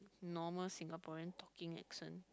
normal Singaporean talking accent